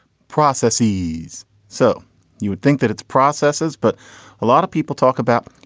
processes. so you would think that it's processes. but a lot of people talk about,